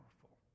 powerful